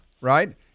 right